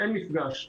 אין מפגש.